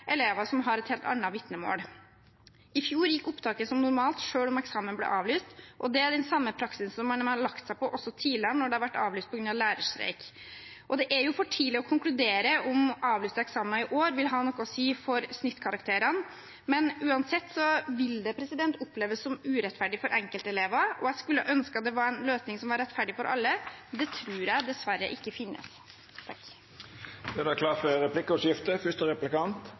elever som har et helt annet vitnemål. I fjor gikk opptaket som normalt selv om eksamen ble avlyst, og det er den samme praksisen man har lagt seg på også tidligere når det har vært avlyst på grunn av lærerstreik. Det er for tidlig å konkludere om avlyste eksamener i år vil ha noe å si for snittkarakterene, men uansett vil det oppleves som urettferdig for enkeltelever. Jeg skulle ønske det var en løsning som var rettferdig for alle, men det tror jeg dessverre ikke finnes.